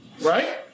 Right